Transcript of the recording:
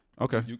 Okay